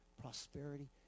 prosperity